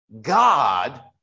God